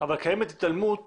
אבל קיימת התעלמות